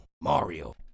Mario